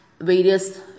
various